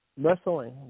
wrestling